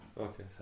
Okay